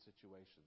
situations